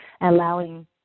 allowing